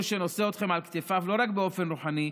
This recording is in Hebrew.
שנושא אתכם על כתפיו לא רק באופן רוחני,